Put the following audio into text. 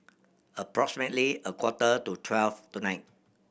approximately a quarter to twelve tonight